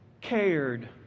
cared